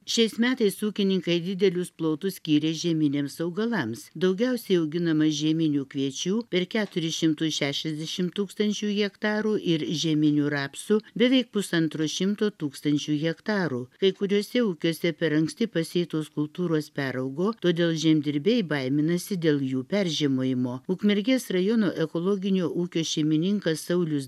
šiais metais ūkininkai didelius plotus skyrė žieminiams augalams daugiausiai auginama žieminių kviečių per keturis šimtus šešiasdešimt tūkstančių hektarų ir žieminių rapsų beveik pusantro šimto tūkstančių hektarų kai kuriuose ūkiuose per anksti pasėtos kultūros peraugo todėl žemdirbiai baiminasi dėl jų peržiemojimo ukmergės rajono ekologinio ūkio šeimininkas saulius